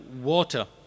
water